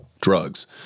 drugs